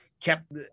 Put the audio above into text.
kept